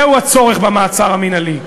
זהו הצורך במעצר המינהלי.